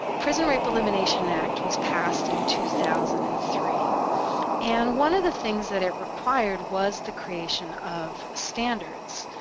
prison rape elimination act was passed in two thousand and three and one of the things that it required was the creation of standards.